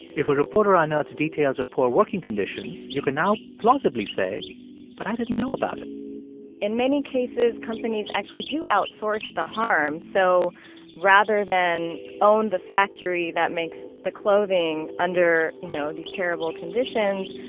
if a reporter unearths details of poor working conditions, you can now plausibly say but i didn't know about it in many cases, companies actually do outsource the harm, so rather than own the factory that makes the clothing under, you know, these terrible conditions,